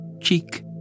cheek